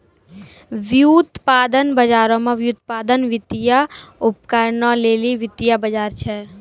व्युत्पादन बजारो मे व्युत्पादन, वित्तीय उपकरणो लेली वित्तीय बजार छै